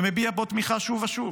ומביע בו תמיכה שוב ושוב.